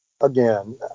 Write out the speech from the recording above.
again